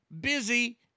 busy